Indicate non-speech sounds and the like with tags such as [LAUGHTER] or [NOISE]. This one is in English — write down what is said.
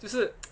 就是 [NOISE]